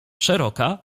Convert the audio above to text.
szeroka